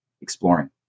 exploring